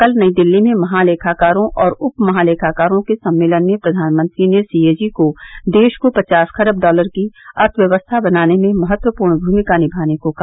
कल नई दिल्ली में महालेखाकारों और उप महालेखाकारों के सम्मेलन में प्रधानमंत्री ने सी ए जी को देश को पचास खरब डॉलर की अर्थव्यवस्था बनाने में महत्वपूर्ण भूमिका नियाने को कहा